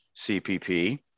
CPP